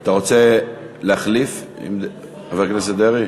אתה רוצה להחליף, חבר הכנסת דרעי?